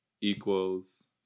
equals